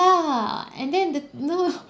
ya and then the no no no